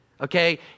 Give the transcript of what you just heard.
Okay